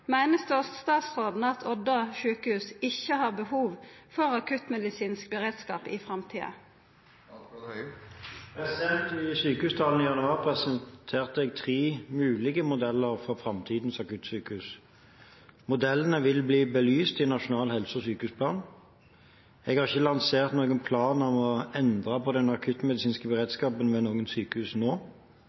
statsråden at Odda sjukehus ikke har behov for akuttmedisinsk beredskap i framtiden?» I sykehustalen i januar presenterte jeg tre mulige modeller for framtidens akuttsykehus. Modellene vil bli belyst i en nasjonal helse- og sykehusplan. Jeg har ikke lansert noen plan om å endre på den akuttmedisinske beredskapen ved noen sykehus nå.